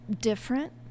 different